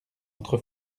entre